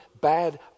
bad